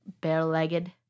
Bare-legged